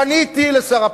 פניתי לשר הפנים.